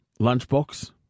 lunchbox